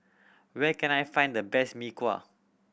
where can I find the best Mee Kuah